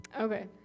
Okay